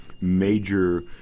major